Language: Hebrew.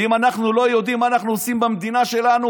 ואם אנחנו לא יודעים מה אנחנו עושים במדינה שלנו,